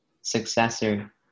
successor